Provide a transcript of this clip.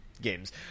games